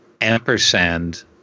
ampersand